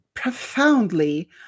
profoundly